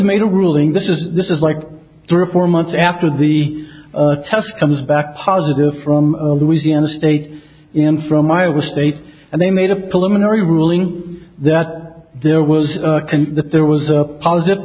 made a ruling this is this is like three or four months after the test comes back positive from louisiana state in from iowa state and they made a policeman or a ruling that there was that there was a positive